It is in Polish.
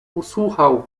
usłuchał